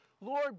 Lord